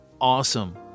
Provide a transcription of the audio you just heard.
awesome